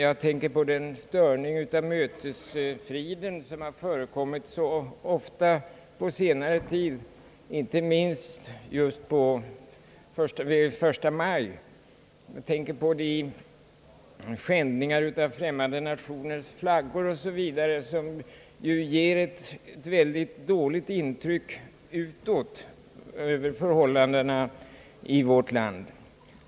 Jag tänker på den störning av mötesfriden som har förekommit så ofta under senare tid, inte minst den 1 maj. Jag tänker på de skändningar av främmande nationers flaggor o. s. v. som ju ger ett väldigt dåligt intryck utåt av förhållandena i vårt land.